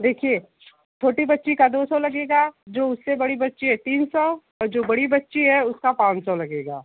देखिए छोटी बच्ची का दो सौ लगेगा जो उससे बड़ी बच्ची है तीन सौ और जो बड़ी बच्ची है उसका पाँच सौ लगेगा